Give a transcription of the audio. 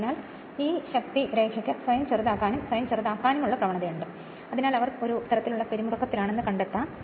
അതിനാൽ ഈ ശക്തിരേഖയ്ക്ക് സ്വയം ചെറുതാകാനും സ്വയം ചെറുതാക്കാനുമുള്ള പ്രവണതയുണ്ട് അതിനാൽ അവർ പിരിമുറുക്കത്തിലാണെന്ന് കണക്കാക്കാം